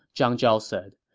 zhang zhao said.